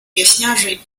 pieśniarzy